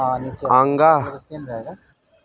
अङ्गा